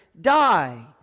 die